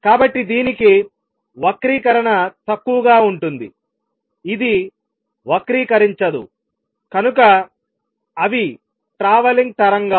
కాబట్టిదీనికి వక్రీకరణ తక్కువగా ఉంటుంది ఇది వక్రీకరించదు కనుక అవి ట్రావెలింగ్ తరంగాలు